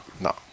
No